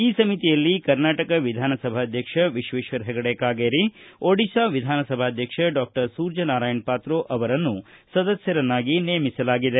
ಈ ಸಮಿತಿಯಲ್ಲಿ ಕರ್ನಾಟಕ ವಿಧಾನಸಭಾಧ್ಯಕ್ಷ ವಿಶ್ವೇಶ್ವರ ಹೆಗಡೆ ಕಾಗೇರಿ ಒಡಿಶಾ ವಿಧಾನಸಭಾಧ್ಯಕ್ಷ ಡಾಕ್ಟರ್ ಸೂರ್ಜ್ಯ ನಾರಾಯಣ ಪಾತ್ರೋ ಅವರನ್ನು ಸದಸ್ಕರನ್ನಾಗಿ ನೇಮಿಸಲಾಗಿದೆ